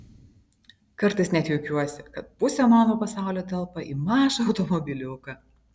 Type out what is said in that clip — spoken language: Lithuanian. kartais net juokiuosi kad pusė mano pasaulio telpa į mažą automobiliuką